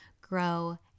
grow